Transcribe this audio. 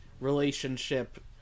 relationship